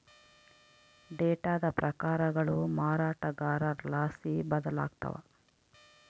ಡೇಟಾದ ಪ್ರಕಾರಗಳು ಮಾರಾಟಗಾರರ್ಲಾಸಿ ಬದಲಾಗ್ತವ